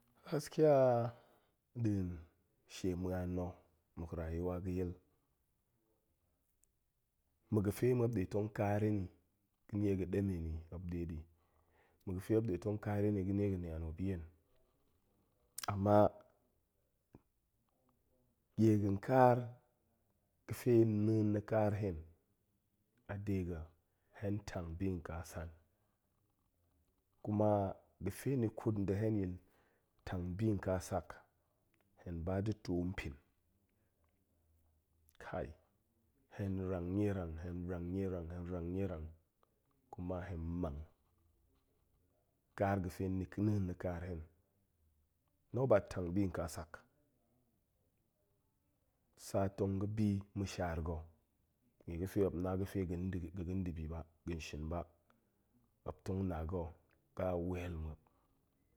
Gaskiya, nɗin shie ma̱an na̱, muk rayuwa ga̱yil, mu ga̱fe muop nɗe tong ƙaar hen ni nye ga̱ ɗemen muop nɗe ɗi, mu ga̱fe muop nɗe tong ƙaar hen i ga̱ ɗie ga̱ nian muop yen, amma, ɗie ga̱n kaar ga̱fe neen na̱ kaar hen a de ga̱ hen tang bi nƙa san, kuma, ga̱fe ni ḵut nda̱ hen yin tang bi nƙa sak, hen ba da̱ to npin kai hen rang nie ran hen rang nie rang hen rang nie rang, kuma hen mang kaar ga̱fe ni, neen na̱ kaar hen, nobert, tang bi nƙa sak, sa tong ga̱ bi ma̱shaar ga̱ ɗie ga̱fe muop na ga̱fe ga̱n dibi, ga̱ga̱n dibi ba de nshin ba, muop tong na ga̱ ga̱ a wel nmuop